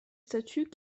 statuts